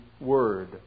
word